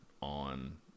on